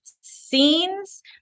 scenes